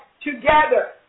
together